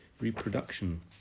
reproduction